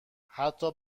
حتی